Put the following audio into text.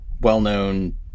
well-known